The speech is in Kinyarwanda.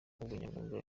ubunyamwuga